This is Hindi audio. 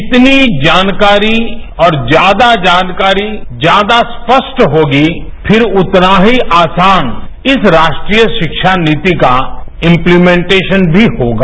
जितनी जानकारी और ज्यादा जानकारी ज्यादा स्पष्ट होगी फिर उतना ही आसान इस राष्ट्रीय शिक्षा नीति का इम्पलीमेन्टेशन भी होगा